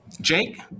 Jake